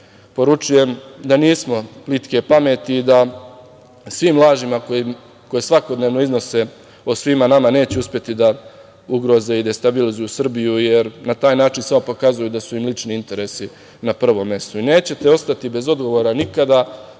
poručujem da nismo plitke pameti i da svim lažima koje svakodnevno iznose o svima nama neće uspeti da ugroze i da destabilizuju Srbiju, jer na taj način samo pokazuju da su im lični interesi na prvom mestu. Nećete ostati bez odgovora nikada.